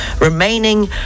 remaining